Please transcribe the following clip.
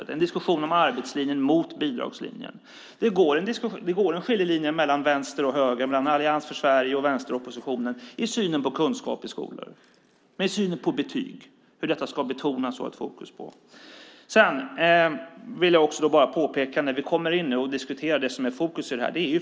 Det är en diskussion om arbetslinjen mot bidragslinjen. Det går en skiljelinje mellan vänster och höger, mellan Allians för Sverige och vänsteroppositionen i synen på kunskap i skolor och i synen på betyg. När vi diskuterar detta är det påföljderna som är i fokus.